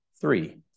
three